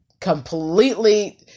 completely